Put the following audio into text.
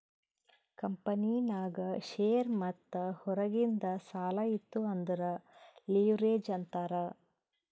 ಕಂಪನಿನಾಗ್ ಶೇರ್ ಮತ್ತ ಹೊರಗಿಂದ್ ಸಾಲಾ ಇತ್ತು ಅಂದುರ್ ಲಿವ್ರೇಜ್ ಅಂತಾರ್